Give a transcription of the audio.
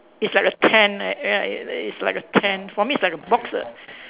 it's like a tent right ya it it's like a tent for me it's like a box err